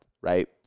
right